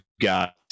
got